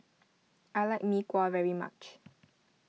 I like Mee Kuah very much